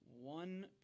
one